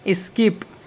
skip